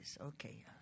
Okay